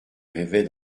rêvait